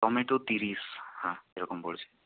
tomato তিরিশ হাঁ এরকম পড়েছে